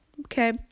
okay